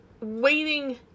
waiting